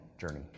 journey